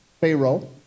Pharaoh